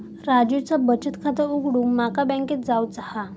राजूचा बचत खाता उघडूक माका बँकेत जावचा हा